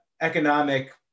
economic